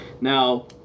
Now